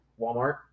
Walmart